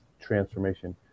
transformation